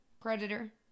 Predator